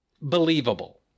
believable